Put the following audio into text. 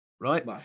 right